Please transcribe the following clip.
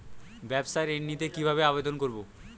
ব্যাবসা ঋণ নিতে কিভাবে আবেদন করব?